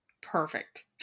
Perfect